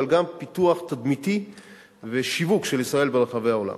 אבל גם פיתוח תדמיתי ושיווק של ישראל ברחבי העולם.